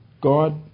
God